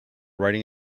riding